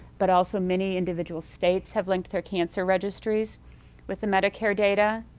but also many individual states have linked their cancer registries with the medicare data.